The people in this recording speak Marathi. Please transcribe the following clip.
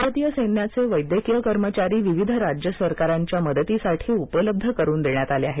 भारतीय सैन्याचे वैद्यकीय कर्मचारी विविध राज्य सरकारांच्या मदतीसाठी उपलब्ध करू देण्यात आले आहेत